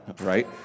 right